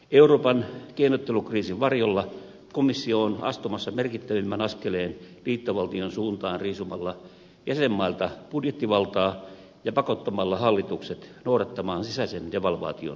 euroopan keinottelukriisin varjolla komissio on astumassa merkittävimmän askeleen liittovaltion suuntaan riisumalla jäsenvaltioilta budjettivaltaa ja pakottamalla hallitukset noudattamaan sisäisen devalvaation politiikkaa